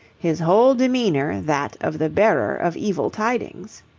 his whole demeanour that of the bearer of evil tidings.